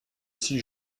six